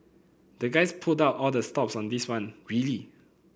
the guys pulled out all the stops on this one really